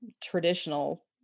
traditional